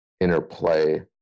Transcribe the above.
interplay